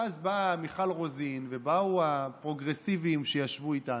ואז באה מיכל רוזין ובאו הפרוגרסיביים שישבו איתנו,